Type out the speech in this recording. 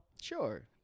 Sure